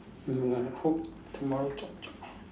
mm but I hope tomorrow chop chop